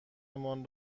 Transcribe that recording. مان